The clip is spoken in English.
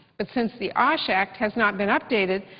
but since the osh act has not been updated,